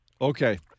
Okay